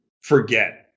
forget